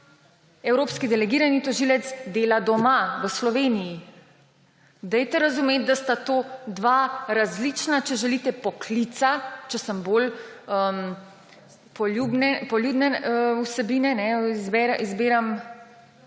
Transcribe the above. evropski delegirani tožilec dela doma, v Sloveniji. Dajte razumeti, da sta to dva različna, če želite, poklica, če bolj poljudne vsebine izbiram,